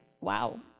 wow